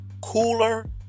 cooler